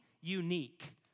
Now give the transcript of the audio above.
unique